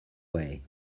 way